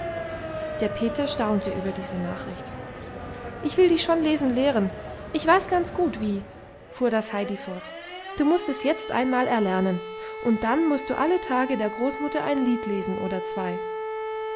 der peter staunte über diese nachricht ich will dich schon lesen lehren ich weiß ganz gut wie fuhr das heidi fort du mußt es jetzt einmal erlernen und dann mußt du alle tage der großmutter ein lied lesen oder zwei